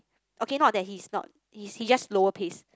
okay not that he is not he's just lower pace